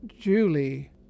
Julie